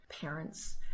parents